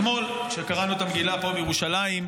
אתמול כשקראנו את המגילה פה בירושלים,